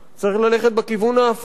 צריך ללכת בכיוון ההפוך,